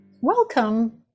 Welcome